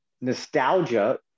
nostalgia